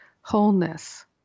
wholeness